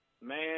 Man